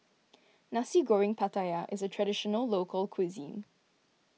Nasi Goreng Pattaya is a Traditional Local Cuisine